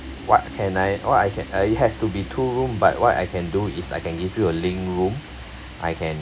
what can I what I can uh it has to be two room but what I can do is I can give you a linked room I can